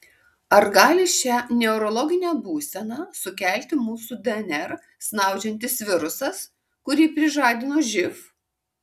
ar gali šią neurologinę būseną sukelti mūsų dnr snaudžiantis virusas kurį prižadino živ